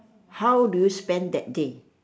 how do you spend that day